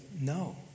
no